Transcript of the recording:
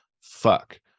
fuck